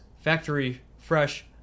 factory-fresh